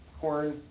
corn,